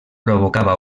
provocava